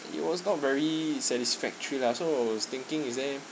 it was not very satisfactory lah so I was thinking is there